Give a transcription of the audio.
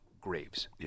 graves